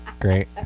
great